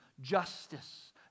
justice